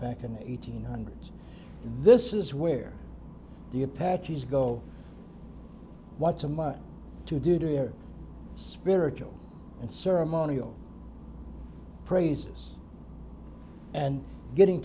back in eighteen hundreds this is where the apaches go once a month to do their spiritual and ceremonial praises and getting